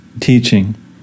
teaching